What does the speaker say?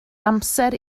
amser